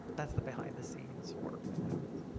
that's the behind-the-scenes work but happens.